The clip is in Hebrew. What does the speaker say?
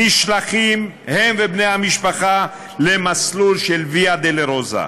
נשלחים, הם ובני המשפחה, למסלול של ויה-דולורוזה,